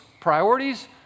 priorities